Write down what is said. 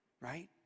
right